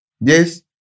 Yes